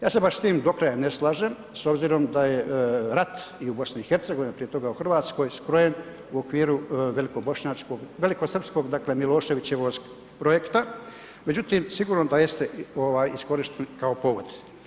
Ja se baš s tim do kraja ne slažem s obzirom da je rat i u BiH-u a prije toga u Hrvatskoj, skrojen u okviru velikosrpskog Miloševićevog projekta, međutim, sigurno da jeste iskorišten kao povod.